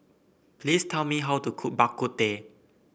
please tell me how to cook Bak Kut Teh